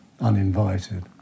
uninvited